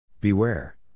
Beware